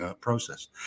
process